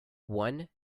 one